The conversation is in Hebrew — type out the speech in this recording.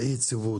אי היציבות,